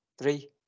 Three